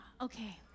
Okay